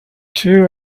two